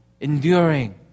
Enduring